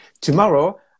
tomorrow